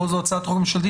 פה זו הצעת חוק ממשלתית,